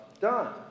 done